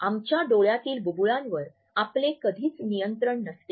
आमच्या डोळ्यातील बुबुळांवर आपले कधीच नियंत्रण नसते